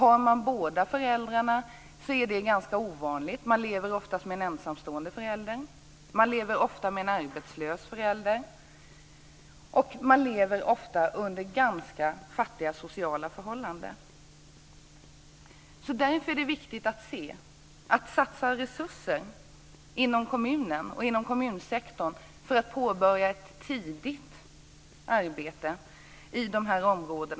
Att ha båda föräldrarna är ganska ovanligt. Oftast lever man med en ensamstående förälder och ofta med en arbetslös förälder. Dessutom lever man ofta under ganska fattiga sociala förhållanden. Därför är det riktigt att satsa resurser inom kommunen och kommunsektorn för att tidigt påbörja ett arbete i sådana här områden.